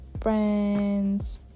friends